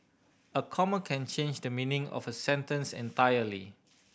a comma can change the meaning of a sentence entirely